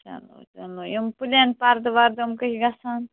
چلو چلو یِم پُلین پَردٕ وَردٕ یِم کٔہۍ چھِ گَژھان